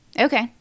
Okay